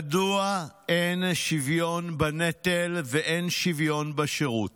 מדוע אין שוויון בנטל ואין שוויון בשירות?